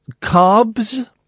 carbs